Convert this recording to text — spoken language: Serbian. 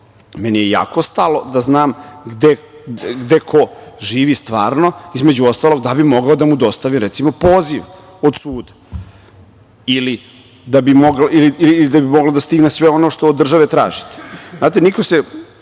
meni je jako stalo da znam gde ko živi stvarno, između ostalog, da bi mogao da mu dostavi recimo poziv od suda ili da bi moglo da stigne sve ono što od države traži. Znate, niko se